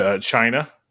China